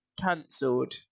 cancelled